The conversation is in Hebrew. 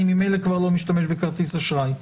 אני ממילא כבר לא משתמש בכרטיס אשראי.